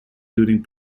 during